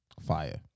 Fire